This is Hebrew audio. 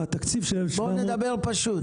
בוא נדבר פשוט.